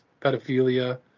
pedophilia